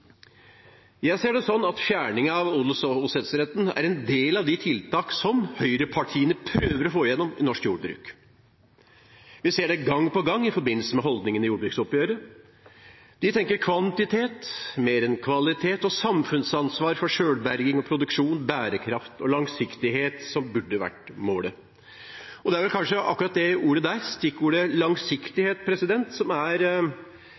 ser det sånn at fjerning av odels- og åsetesretten er en del av de tiltak som høyrepartiene prøver å få igjennom i norsk jordbruk. Vi ser det gang på gang i forbindelse med holdningene i jordbruksoppgjøret. De tenker kvantitet mer enn kvalitet, samfunnsansvar for selvberging og produksjon, bærekraft og langsiktighet, som burde vært målet. Det er kanskje akkurat det ordet – stikkordet «langsiktighet» – som er